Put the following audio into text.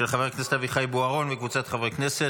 של חבר הכנסת אביחי בוארון וקבוצת חברי הכנסת.